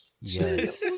Yes